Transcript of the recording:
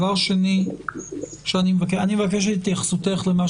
שלנו בישראל מראים עדיין על מוגנות חיסונית מאוד טובה